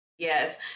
Yes